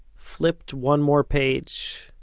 flipped one more page,